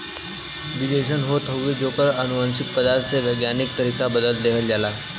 बीज अइसन होत हउवे जेकर अनुवांशिक पदार्थ के वैज्ञानिक तरीका से बदल देहल जाला